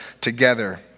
together